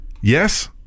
Yes